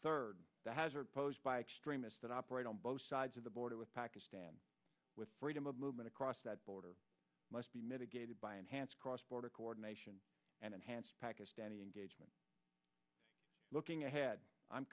third the hazard posed by extremists that operate on both sides of the border with pakistan with freedom of movement across that border must be mitigated by enhanced cross border coordination and enhanced pakistani engagement looking ahead i'm